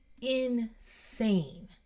insane